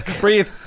Breathe